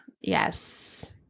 Yes